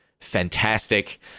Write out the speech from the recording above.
fantastic